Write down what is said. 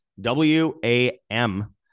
W-A-M